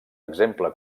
exemple